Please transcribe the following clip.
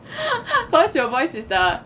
cause your voice is the